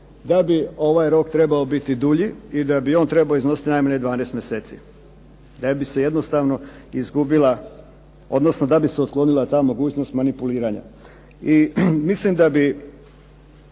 da bi ovaj rok trebao biti dulji i da on treba iznositi najmanje 12 mjeseci da bi se odnosno da bi se otklonila ta mogućnost manipuliranja. Mislim da ovaj